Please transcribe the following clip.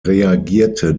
reagierte